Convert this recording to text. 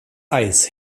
eis